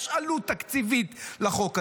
יש עלות תקציבית לחוק הזה,